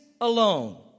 alone